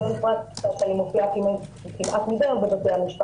ואני מופיעה כמעט מדי יום בבתי המשפט